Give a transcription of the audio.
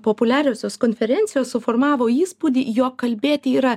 populiariosios konferencijos suformavo įspūdį jog kalbėti yra